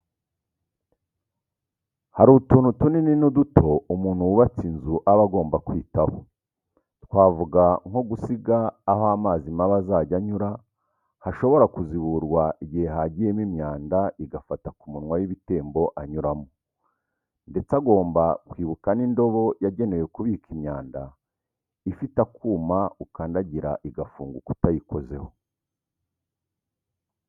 Hari utuntu tunini n'uduto umuntu wubatse inzu aba agomba kwitaho, twavuga nko gusiga aho amazi mabi azajya anyura hashobora kuziburwa igihe hagiyemo imyanda igafata ku munywa w'ibitembo anyuramo, ndetse agomba kwibuka n'indobo zagenewe kubika imyanda, ifite akuma ukandagira igafunguka utayikozeho.